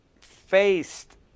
faced